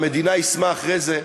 המדינה יישמה אחרי זה,